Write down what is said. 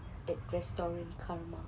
at restaurant karma